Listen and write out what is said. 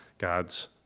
God's